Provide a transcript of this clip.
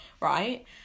right